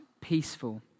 peaceful